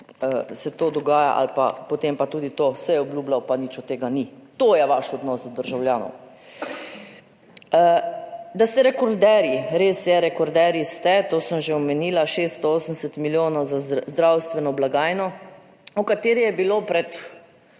se to dogaja ali pa potem, pa tudi to se je obljubljal, pa nič od tega ni. To je vaš odnos do državljanov? Da ste rekorderji, res je, rekorderji ste, to sem že omenila, 680 milijonov za zdravstveno blagajno, v kateri je bilo pred